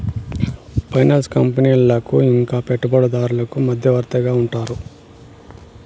finance కంపెనీలకు ఇంకా పెట్టుబడిదారులకు మధ్యవర్తిగా ఉంటారు